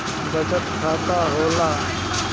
बचत खाता का होला?